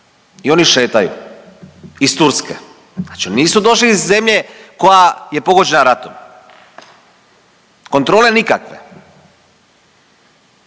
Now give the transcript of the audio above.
i oni šetaju iz Turske. Znači oni nisu došli iz zemlja koja je pogođena ratom. Kontrole nikakve.